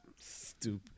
Stupid